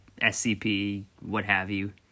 SCP-what-have-you